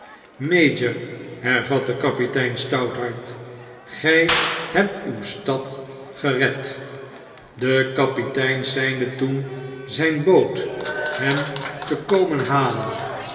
mayor hervatte kapitein stouthart gij hebt uw stad gered de kapitein seinde toen zijn boot hem te komen halen